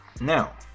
Now